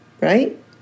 right